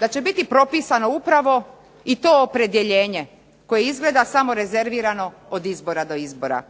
Da će biti propisano upravo i to opredjeljenje koje je izgleda samo rezervirano od izbora do izbora.